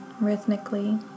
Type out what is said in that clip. rhythmically